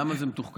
למה זה מתוחכם?